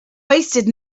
wasted